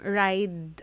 ride